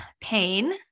pain